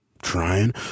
Trying